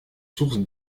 source